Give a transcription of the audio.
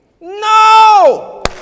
no